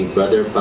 Brother